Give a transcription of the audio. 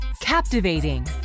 captivating